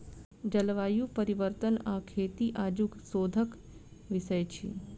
जलवायु परिवर्तन आ खेती आजुक शोधक विषय अछि